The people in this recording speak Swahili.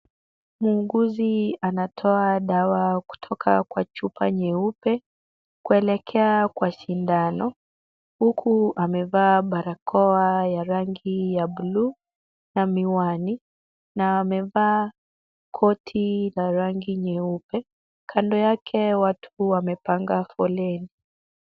Muuguzi anatoa dawa kutoka kwa chupa nyeupe, kuelekea kwa sindano huku amevaa barakoa ya rangi ya bluu na miwani na amevaa koti la rangi nyeupe. Kando yake watu wamepanga foleni.